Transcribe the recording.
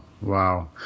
wow